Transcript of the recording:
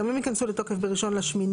שגם הם ייכנסו לתוקף ב-1.8.2026.